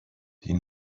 die